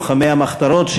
לוחמי המחתרות,